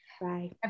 Bye